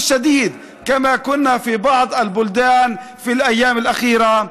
איך נהגנו בחלק מהיישובים בימים האחרונים,